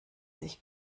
sich